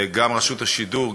גם רשות השידור,